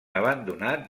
abandonat